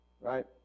Right